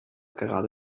gerade